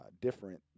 different